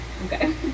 Okay